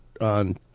on